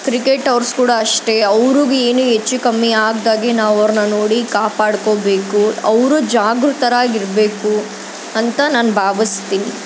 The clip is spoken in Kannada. ಕ್ರಿಕೆಟ್ ಅವ್ರು ಕೂಡ ಅಷ್ಟೇ ಅವ್ರಿಗೇನು ಹೆಚ್ಚು ಕಮ್ಮಿ ಆಗದಾಗೆ ನಾವು ಅವ್ರನ್ನ ನೋಡಿ ಕಾಪಾಡ್ಕೋಬೇಕು ಅವರೂ ಜಾಗೃತರಾಗಿ ಇರಬೇಕು ಅಂತ ನಾನು ಭಾವಿಸ್ತೀನಿ